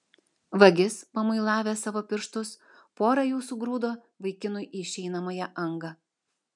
vagis pamuilavęs savo pirštus pora jų sugrūdo vaikinui į išeinamąją angą